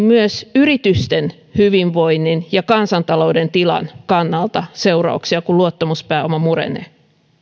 myös yritysten hyvinvoinnin ja kansantalouden tilan kannalta seurauksia kun luottamuspääoma murenee